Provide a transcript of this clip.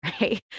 right